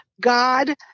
God